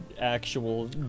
actual